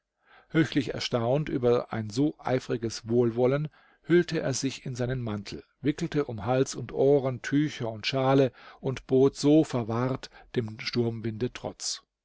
höchlich erstaunt über ein so eifriges wohlwollen hüllte er sich in seinen mantel wickelte um hals und ohren tücher und shawle und bot so verwahrt dem sturmwinde trotz